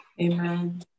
Amen